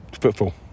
footfall